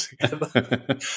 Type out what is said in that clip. together